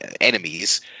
enemies